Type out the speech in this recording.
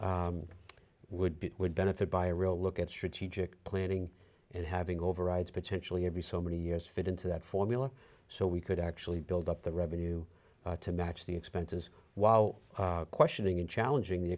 town would be would benefit by a real look at strategic planning and having overrides potentially every so many years fit into that formula so we could actually build up the revenue to match the expenses while questioning and challenging the